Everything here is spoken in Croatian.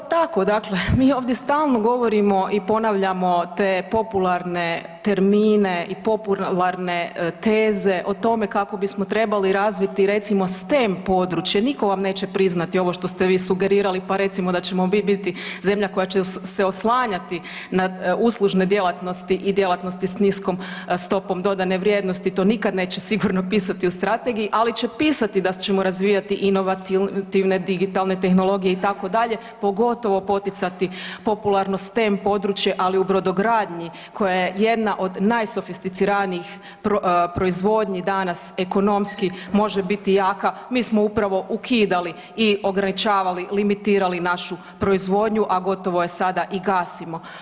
Pa upravo tako, dakle mi ovdje stalno govorimo i ponavljamo te popularne termine i popularne teze o tome kako bismo trebali razviti stem područjem nitko vam neće priznati ovo što ste vi sugerirali pa recimo da ćemo biti zemlja koja će se oslanjati na uslužne djelatnosti i djelatnosti s niskom stopom dodane vrijednosti, to nikad neće sigurno pisati u strategiji ali će pisati da ćemo razvijati inovativne digitalne tehnologije itd., pogotovo poticati popularno stem područje ali u brodogradnji koja je jedna od najsofisticiranijih proizvodnji danas, ekonomski može biti jaka, mi smo upravo ukidali i ograničavali, limitirali našu proizvodnju a gotovo je sada i gasimo.